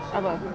apa